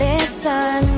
Listen